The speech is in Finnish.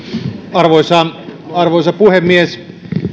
arvoisa arvoisa puhemies